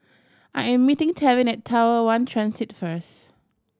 I am meeting Tevin Tower one Transit first